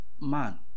man